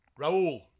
Raul